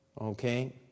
Okay